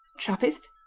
trappist,